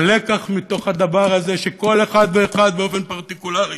והלקח מהדבר הזה, שכל אחד ואחד באופן פרטיקולרי